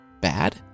Bad